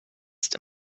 ist